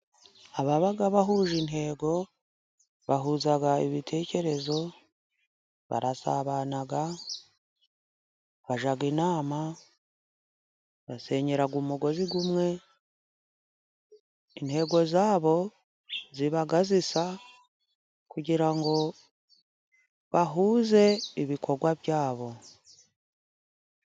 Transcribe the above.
Ababaga bahuje intego bahuzaga ibitekerezo barasabana, bajya inama, basenyera umugozi umwe. Intego zabo ziba zisa kugira ngo bahuze ibikorwa byabo.